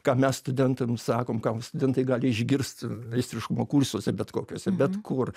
ką mes studentam sakom ką studentai gali išgirst meistriškumo kursuose bet kokiuose bet kur